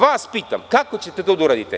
Vas pitam kako ćete to da uradite?